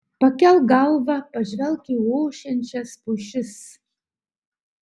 pakelk galvą pažvelk į ošiančias pušis